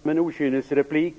Herr talman! Det här kan upplevas som en okynnesreplik.